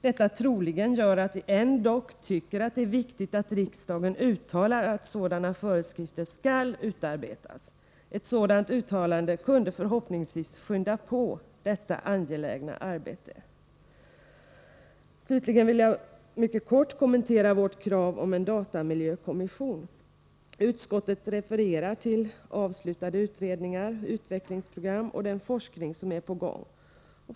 Detta ”troligen” gör att vi ändock tycker att det är viktigt att riksdagen uttalar att sådana föreskrifter skall utarbetas. Ett sådant uttalande kunde förhoppningsvis skynda på detta angelägna arbete. Slutligen vill jag kommentera vårt krav om en datamiljökommission. Utskottet refererar till avslutade utredningar, utvecklingsprogram och den forskning som är på gång.